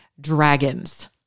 dragons